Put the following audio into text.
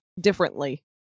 differently